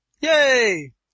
Yay